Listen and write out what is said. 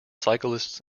cyclists